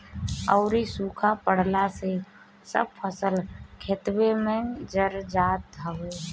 अउरी सुखा पड़ला से सब फसल खेतवे में जर जात हवे